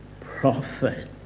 prophet